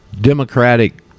Democratic